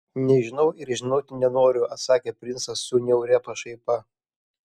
nežinau ir žinoti nenoriu atsakė princas su niauria pašaipa